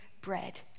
bread